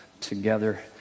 together